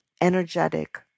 energetic